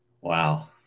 Wow